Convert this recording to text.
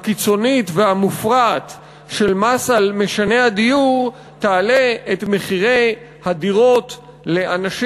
הקיצונית והמופרעת של מס על משני הדיור תעלה את מחירי הדירות לאנשים